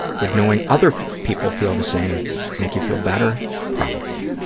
would knowing other people feel the same make you feel better? probably.